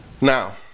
Now